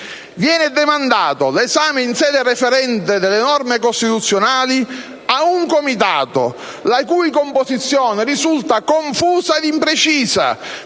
Viene demandato l'esame in sede referente delle norme costituzionali ad un Comitato la cui composizione risulta confusa e imprecisa,